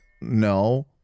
no